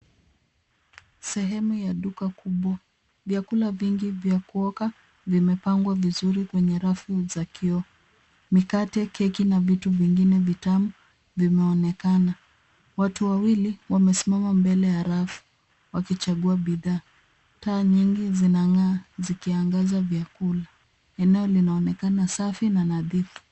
Sehemu ya duka kubwa vyakula vingi vimepangwa vizuri kwenye rafu za kioo. Mikate, keki na vitu vingine vitamu vinaonekana. Watu wawili wamesimama mbele ya rafu, wakichagua bidhaa. Taa nyingi zikiwa zinang’aa zikiangaza vyakula. Eneo linaonekana safi na nadhifu.